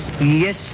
Yes